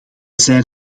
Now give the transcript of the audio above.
zijn